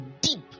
deep